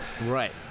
right